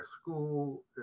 school